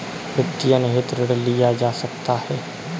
वित्तीयन हेतु ऋण लिया जा सकता है